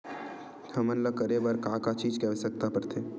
हमन ला करे बर का चीज के आवश्कता परथे?